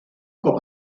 cop